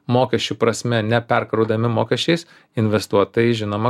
mokesčių prasme neperkraudami mokesčiais investuot tai žinoma